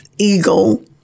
Eagle